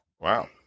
Wow